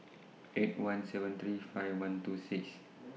eight one seven three five one two six